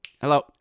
hello